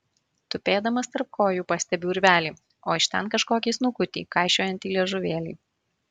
tupėdamas tarp kojų pastebiu urvelį o iš ten kažkokį snukutį kaišiojantį liežuvėlį